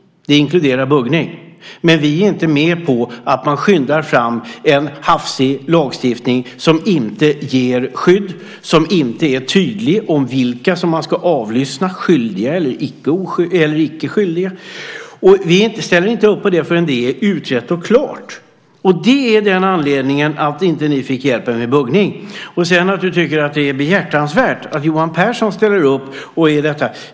Det inkluderar buggning. Men vi är inte med på att man skyndar fram en hafsig lagstiftning som inte ger skydd, som inte är tydlig om vilka man ska avlyssna, skyldiga eller icke skyldiga. Vi ställer inte upp på det förrän det är utrett och klart. Det var av den anledningen ni inte fick hjälp med buggningen. Du tycker att det är behjärtansvärt att Johan Pehrson ställer upp.